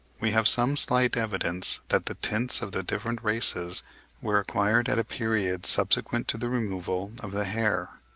we have some slight evidence that the tints of the different races were acquired at a period subsequent to the removal of the hair,